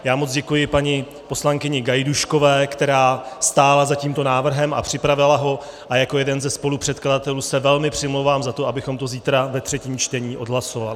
Já moc děkuji paní poslankyně Gajdůškové, která stála za tímto návrhem a připravila ho, a jako jeden ze spolupředkladatelů se velmi přimlouvám za to, abychom to zítra ve třetím čtení odhlasovali.